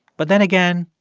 but then again,